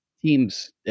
Teams